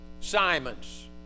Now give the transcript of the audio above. Simon's